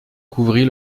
couvrit